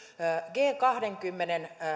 g kahdenkymmenen